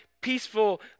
peaceful